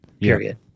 period